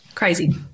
Crazy